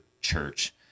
church